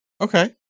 Okay